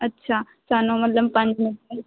ਅੱਛਾ ਸਾਨੂੰ ਮਤਲਬ ਪੰਜ ਮੀਟਰ